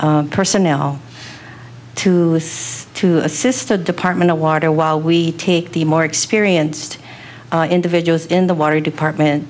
personnel to to assist the department of water while we take the more experienced individuals in the water department